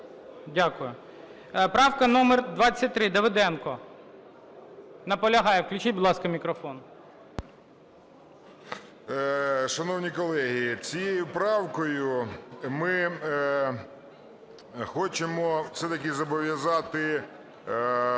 Дякую. Правка номер 23, Давиденко. Наполягає. Включіть, будь ласка, мікрофон. 16:58:37 ДАВИДЕНКО В.М. Шановні колеги, цією правкою ми хочемо все-таки зобов'язати